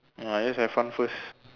oh just have fun first